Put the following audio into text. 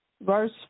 verse